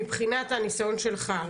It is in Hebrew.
מבחינת הניסיון שלך,